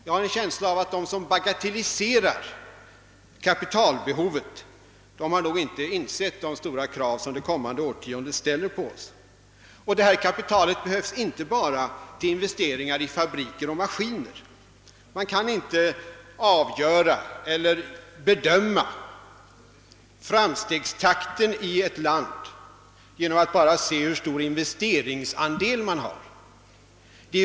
Jag har en känsla av att de som bagatelliserar kapitalbehovet inte insett vilka sto ra krav som det kommande årtiondet ställer på oss. Och detta kapital behövs inte bara till investeringar i maskiner och fabriker; Man kan inte bedöma framstegstakten i ett land enbart genom att undersöka hur stor investeringsandelen är.